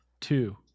Two